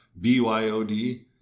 BYOD